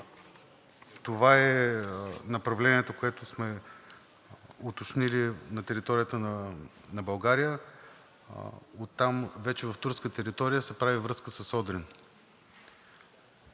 Това е направлението, което сме уточнили на територията на България, оттам вече в турска територия се прави връзка с Одрин.